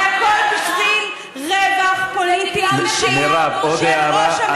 והכול בשביל רווח פוליטי אישי של ראש הממשלה.